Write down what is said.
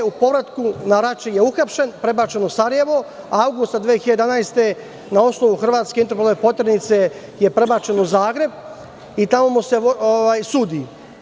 U povratku, na Rači je uhapšen, prebačen u Sarajevo, a avgusta 2011. godine, na osnovu hrvatske interpolove poternice, je prebačen u Zagreb i tamo mu se sudi.